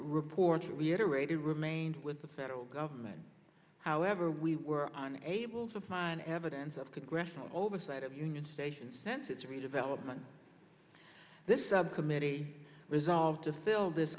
reported reiterated remained with the federal government however we were on able to find evidence of congressional oversight of union station since its redevelopment this subcommittee resolved to fill this